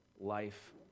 life